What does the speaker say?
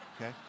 Okay